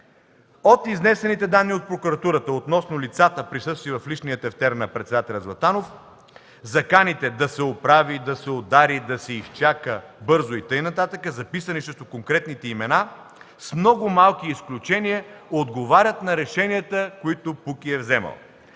От изнесените данни от прокуратурата относно лицата, присъстващи в личния тефтер на председателя Златанов, заканите „да се оправи”, „да се удари”, „да се изчака”, „бързо” и така нататък, записани срещу конкретните имена, с много малки изключения отговарят на решенията, които КПУКИ е вземала.